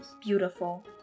Beautiful